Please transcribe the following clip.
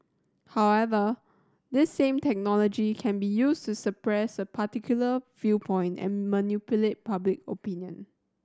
however this same technology can be used to suppress a particular viewpoint and manipulate public opinion